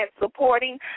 supporting